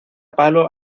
palo